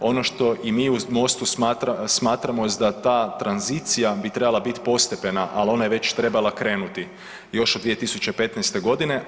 Ono što i mi u Mostu smatramo jest da ta tranzicija bi trebala biti postepena, ali ona je već trebala krenuti još od 2015. godine.